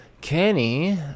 Kenny